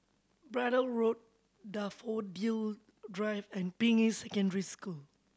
Braddell Road Daffodil Drive and Ping Yi Secondary School